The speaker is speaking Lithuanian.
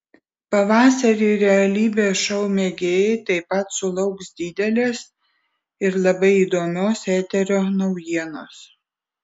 pavasarį realybės šou mėgėjai taip pat sulauks didelės ir labai įdomios eterio naujienos